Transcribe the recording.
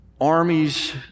armies